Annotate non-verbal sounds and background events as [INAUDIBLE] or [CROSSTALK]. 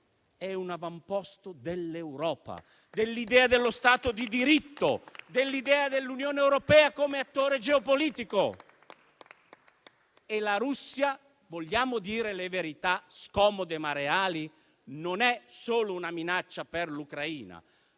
è un avamposto dell'Europa, dell'idea dello Stato di diritto, [APPLAUSE] dell'idea dell'Unione europea come attore geopolitico e la Russia, se vogliamo dire le verità scomode ma reali, non è solo una minaccia per l'Ucraina: